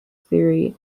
theory